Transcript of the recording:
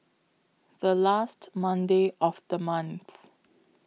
The last Monday of The month